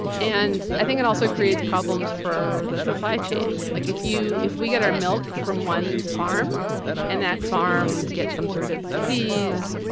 and i think it also creates problems for the supply chain. like, if you if we get our milk from one farm and that farm gets some sort of disease,